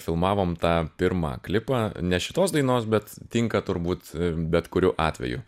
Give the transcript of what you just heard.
filmavom tą pirmą klipą ne šitos dainos bet tinka turbūt bet kuriuo atveju